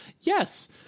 Yes